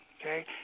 okay